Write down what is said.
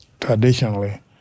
traditionally